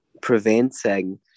preventing